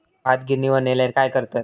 भात गिर्निवर नेल्यार काय करतत?